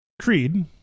creed